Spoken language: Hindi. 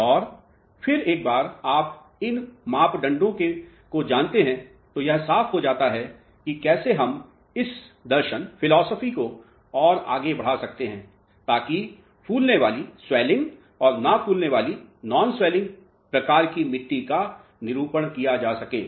और फिर एक बार आप इन मापदंडों को जानते हैं तो यह साफ़ हो जाता है की कैसे हम इस दर्शन को और आगे बढ़ा सकते हैं ताकि फूलने वाली और न फूलने वाली प्रकार की मिट्टी का निरूपण किया जा सके